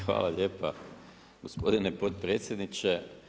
Hvala lijepa, gospodine potpredsjedniče.